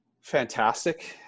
fantastic